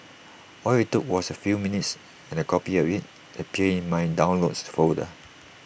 all IT took was A few minutes and A copy of IT appeared in my downloads folder